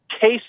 case